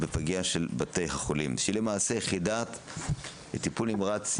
בפגייה של בתי חולים שהיא למעשה יחידת טיפול נמרץ ילודים,